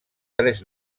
tres